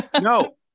No